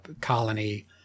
colony